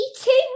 eating